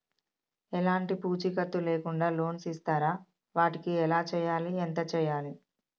ఎలాంటి పూచీకత్తు లేకుండా లోన్స్ ఇస్తారా వాటికి ఎలా చేయాలి ఎంత చేయాలి?